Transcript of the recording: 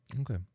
Okay